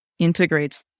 integrates